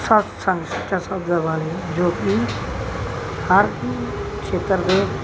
ਸਤਿਸੰਗ ਸੱਚਾ ਸੌਦਾ ਵਾਲੇ ਜੋ ਕਿ ਹਰ ਖੇਤਰ ਦੇ